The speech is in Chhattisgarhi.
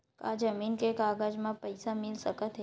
का जमीन के कागज म पईसा मिल सकत हे?